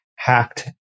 Hacked